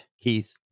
Keith